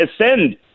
ascend